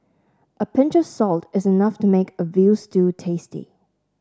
a pinch of salt is enough to make a veal stew tasty